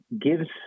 gives